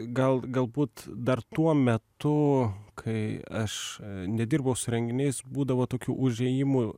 gal galbūt dar tuo metu kai aš nedirbau su renginiais būdavo tokių užėjimų